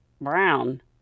brown